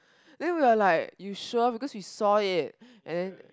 then we were like you sure because we saw it and then